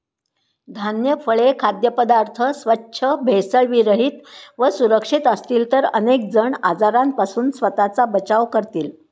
धान्य, फळे, खाद्यपदार्थ स्वच्छ, भेसळविरहित व सुरक्षित असतील तर अनेक जण आजारांपासून स्वतःचा बचाव करतील